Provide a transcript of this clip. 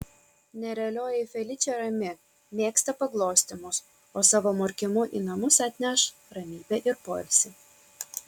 nerealioji feličė rami mėgsta paglostymus o savo murkimu į namus atneš ramybę ir poilsį